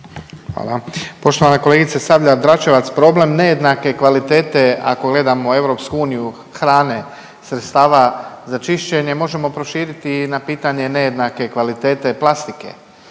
Hvala. Poštovana kolegice Sabljar Dračevac, problem nejednake kvalitete ako gledamo EU hrane, sredstava za čišćenje možemo proširiti i na pitanje nejednake kvalitete plastike